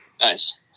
Nice